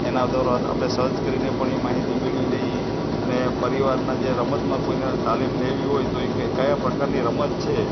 એના દ્વારા આપણે સર્ચ કરીને પણ એ માહિતી મેળવી લઈએ અને પરિવારના જે રમતમાં કોઈને તાલીમ લેવી હોય તો એ કઈ કયાં પ્રકારની રમત છે